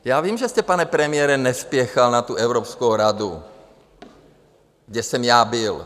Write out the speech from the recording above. Já vím, že jste, pane premiére, nespěchal na Evropskou radu, kde jsem já byl.